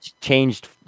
changed